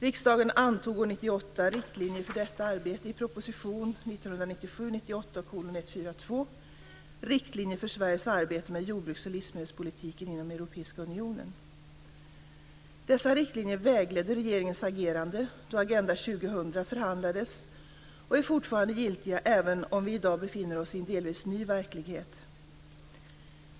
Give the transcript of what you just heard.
Riksdagen antog år 1998 riktlinjer för detta arbete i proposition 1997/98:142, Riktlinjer för Sveriges arbete med jordbruks och livsmedelspolitiken inom Europeiska unionen. Dessa riktlinjer vägledde regeringens agerande då Agenda 2000 förhandlades och är fortfarande giltiga även om vi i dag befinner oss i en delvis ny verklighet.